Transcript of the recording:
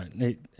right